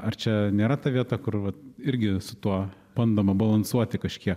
ar čia nėra ta vieta kur vat irgi su tuo bandoma balansuoti kažkiek